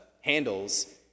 handles